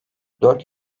dört